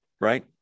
Right